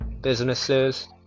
businesses